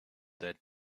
that